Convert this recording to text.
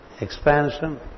expansion